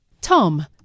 Tom